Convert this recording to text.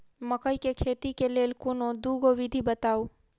मकई केँ खेती केँ लेल कोनो दुगो विधि बताऊ?